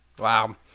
Wow